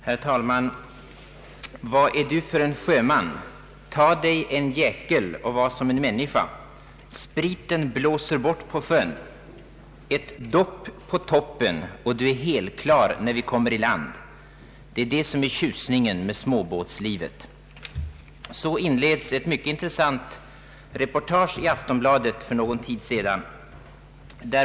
Herr talman! ”Vad är du för en sjöman. Ta dej en jäkel och var som en människa. Spriten blåser bort på sjön. Ett dopp på toppen och du är helklar när vi kommer i land. Det är det som är tjusningen med småbåtslivet ———.” Så inleds ett mycket intressant reportage i Aftonbladet för någon tid sedan.